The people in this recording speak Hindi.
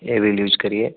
एविल यूज करिए